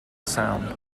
sound